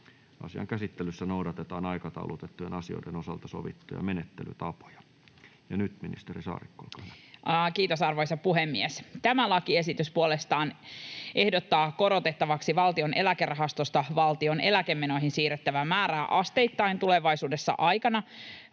Asian käsittelyssä noudatetaan aikataulutettujen asioiden osalta sovittuja menettelytapoja. — Ja nyt, ministeri Saarikko, olkaa hyvä. Kiitos, arvoisa puhemies! Tämä lakiesitys puolestaan ehdottaa korotettavaksi valtion eläkerahastosta valtion eläkemenoihin siirrettävää määrää asteittain tulevaisuudessa aikana,